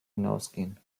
hinausgehen